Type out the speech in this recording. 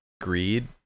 greed